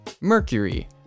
Mercury